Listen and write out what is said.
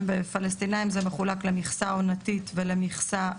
אצל פלסטינים זה מחולק למכסה עונתית ולמכסה